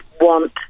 want